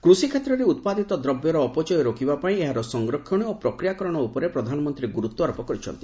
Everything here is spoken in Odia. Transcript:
କୃଷିକ୍ଷେତ୍ରରେ ଉତ୍ପାଦିତ ଦ୍ରବ୍ୟର ଅପଚୟ ରୋକିବାପାଇଁ ଏହାର ସଂରକ୍ଷଣ ଓ ପ୍ରକ୍ରିୟାକରଣ ଉପରେ ପ୍ରଧାନମନ୍ତ୍ରୀ ଗୁରୁତ୍ୱାରୋପ କରିଛନ୍ତି